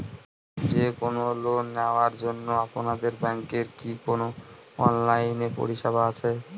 যে কোন লোন নেওয়ার জন্য আপনাদের ব্যাঙ্কের কি কোন অনলাইনে পরিষেবা আছে?